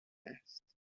است